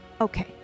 Okay